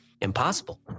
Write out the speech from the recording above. impossible